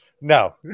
No